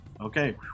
okay